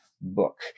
book